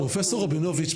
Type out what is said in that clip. פרופ' רבינוביץ',